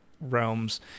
realms